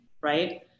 right